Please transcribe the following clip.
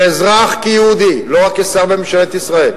כאזרח, כיהודי, לא רק כשר בממשלת ישראל,